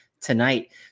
tonight